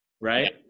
Right